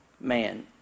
man